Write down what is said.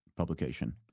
publication